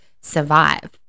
survive